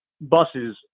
buses